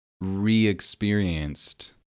re-experienced